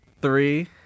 Three